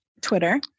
Twitter